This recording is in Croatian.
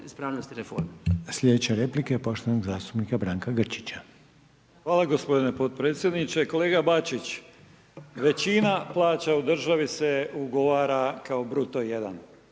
Slijedeća replika je poštovanog zastupnika Branka Grčića. **Grčić, Branko (SDP)** Hvala gospodine potpredsjedniče. Kolega Bačić, većina plaća u državi se ugovara kao bruto jedan,